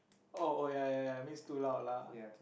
oh oh ya ya ya it means too loud lah